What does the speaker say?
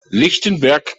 lichtenberg